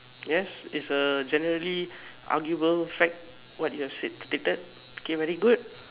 yes it's a generally arguable fact what have you said stated okay very good